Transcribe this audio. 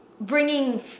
Bringing